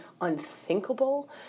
unthinkable